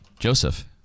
Joseph